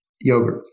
yogurt